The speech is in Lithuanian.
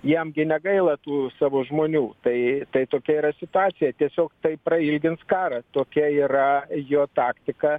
jam gi negaila tų savo žmonių tai tai tokia yra situacija tiesiog tai prailgins karą tokia yra jo taktika